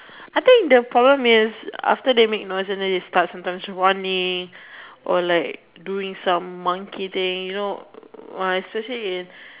I think the problem is after they make noise and then they start sometimes running or like doing some monkey thing you know when I'm searching is